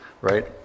Right